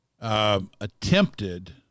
attempted